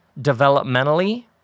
developmentally